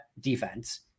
defense